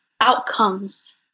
outcomes